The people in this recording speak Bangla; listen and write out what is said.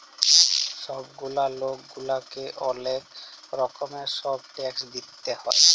ছব গুলা লক গুলাকে অলেক রকমের ছব ট্যাক্স দিইতে হ্যয়